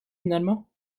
finalement